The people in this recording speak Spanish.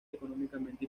económicamente